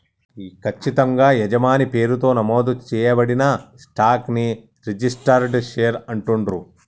ఖచ్చితంగా యజమాని పేరుతో నమోదు చేయబడిన స్టాక్ ని రిజిస్టర్డ్ షేర్ అంటుండ్రు